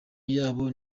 yabo